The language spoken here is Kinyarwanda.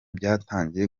byatangiye